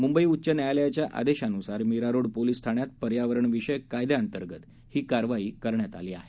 मुंबई उच्च न्यायालयाच्या आदेशानुसार मिरारोड पोलीस ठाण्यात पर्यावरण विषयक कायद्याअंतर्गत ही कारवाई करण्यात आली आहे